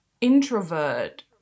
Introvert